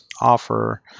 offer